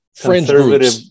conservative